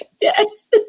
Yes